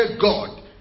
God